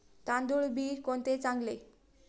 तांदूळ बी कोणते चांगले?